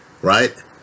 Right